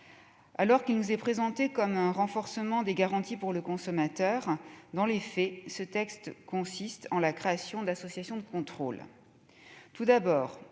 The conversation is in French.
Alors qu'il nous est présenté comme un renforcement des garanties pour le consommateur, dans les faits, ce texte consiste en la création d'associations de contrôle. D'une part,